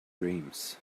dreams